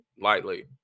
lightly